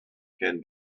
can